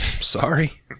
Sorry